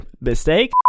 mistake